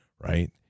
right